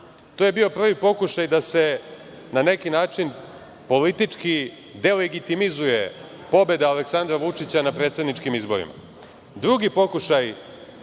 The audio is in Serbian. To je bio prvi pokušaj da se na neki način politički deligitimizuje pobeda Aleksandra Vučića na predsedničkim izborima. Drugi pokušaj